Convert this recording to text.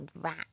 rat